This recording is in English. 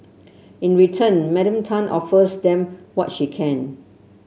in return Madam Tan offers them what she can